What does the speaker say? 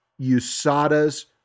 USADA's